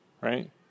right